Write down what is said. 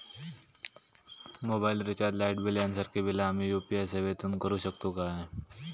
Mobile recharge, light bill यांसारखी बिला आम्ही यू.पी.आय सेवेतून करू शकतू काय?